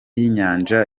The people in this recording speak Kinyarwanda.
y’inyanja